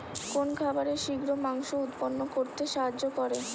কোন খাবারে শিঘ্র মাংস উৎপন্ন করতে সাহায্য করে?